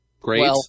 Great